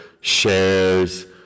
shares